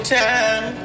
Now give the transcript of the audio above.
time